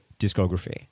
discography